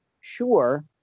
sure